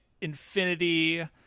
Infinity